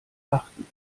achten